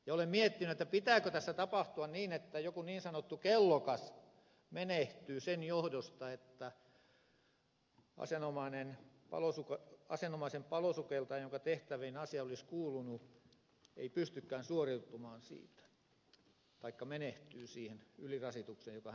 olen miettinyt pitääkö tässä tapahtua niin että joku niin sanottu kellokas menehtyy sen johdosta että asianomainen palosukeltaja jonka tehtäviin asia olisi kuulunut ei pystykään suoriutumaan siitä taikka menehtyy siihen ylirasitukseen joka hänelle tulee